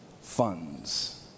funds